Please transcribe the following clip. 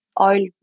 oil